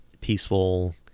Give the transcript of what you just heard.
peaceful